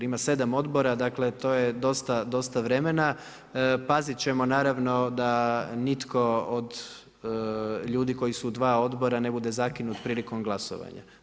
Ima 7 odbora, dakle, to je dosta vremena, pazit ćemo naravno, da nitko od ljudi koji su u dva odbora, ne bude zakinut prilikom glasovanja.